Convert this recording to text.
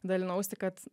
dalinausi kad